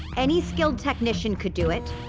any skilled technician could do it.